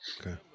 Okay